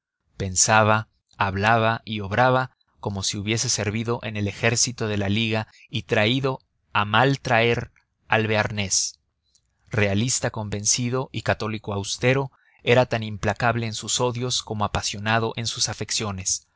pensaba hablaba y obraba como si hubiese servido en el ejército de la liga y traído a mal traer al bearnés realista convencido y católico austero era tan implacable en sus odios como apasionado en sus afecciones